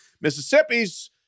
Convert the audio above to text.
Mississippi's